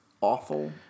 awful